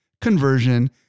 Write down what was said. conversion